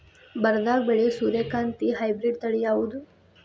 ಬರದಾಗ ಬೆಳೆಯೋ ಸೂರ್ಯಕಾಂತಿ ಹೈಬ್ರಿಡ್ ತಳಿ ಯಾವುದು?